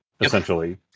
essentially